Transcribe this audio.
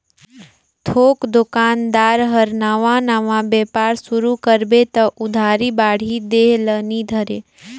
थोक दोकानदार हर नावा नावा बेपार सुरू करबे त उधारी बाड़ही देह ल नी धरे